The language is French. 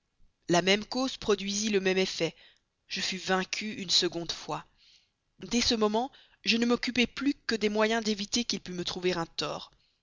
la même cause produisit le même effet je fus vaincue une seconde fois et de ce moment je ne m'occupai plus que des moyens d'éviter qu'il pût me trouver un tort